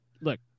Look